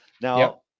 Now